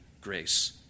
grace